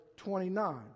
29